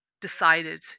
decided